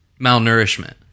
malnourishment